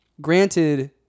Granted